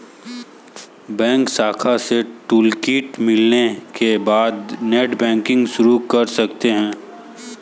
bank शाखा से toolkit मिलने के बाद नेटबैंकिंग शुरू कर सकते है